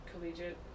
collegiate